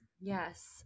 yes